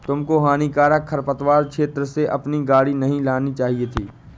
तुमको हानिकारक खरपतवार क्षेत्र से अपनी गाड़ी नहीं लानी चाहिए थी